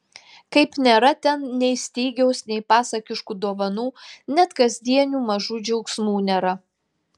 kaip nėra ten nei stygiaus nei pasakiškų dovanų net kasdienių mažų džiaugsmų nėra